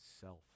Self